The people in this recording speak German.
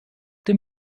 dem